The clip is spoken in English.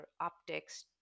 optics